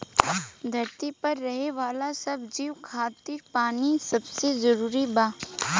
धरती पर रहे वाला सब जीव खातिर पानी सबसे जरूरी बा